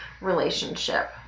relationship